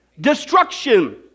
Destruction